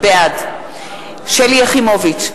בעד שלי יחימוביץ,